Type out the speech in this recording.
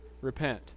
Repent